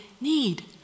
need